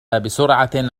بسرعة